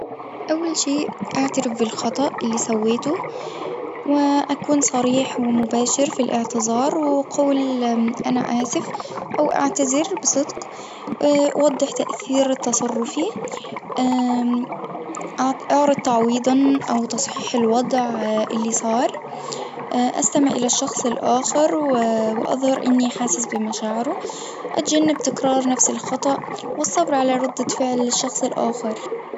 أول شيء أعترف بالخطأ اللي سويته وأكون صريح ومباشر في الاعتذار وقول أنا آسف أو أعتذر بصدق وضح تأثير تصرفي اعرض تعويضًا أو تصحيح الوضع اللي صار استمع الى الشخص الآخر و وأظهر إني حاسس بمشاعره، اتجنب تكرار نفس الخطأ والصبر على ردة فعل الشخص الآخر.